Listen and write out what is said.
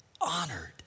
honored